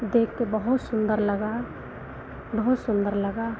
देखकर बहुत सुन्दर लगा बहुत सुन्दर लगा